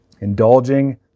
indulging